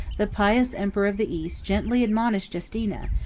the pious emperor of the east gently admonished justina,